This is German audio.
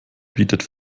bietet